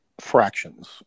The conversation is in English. fractions